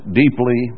deeply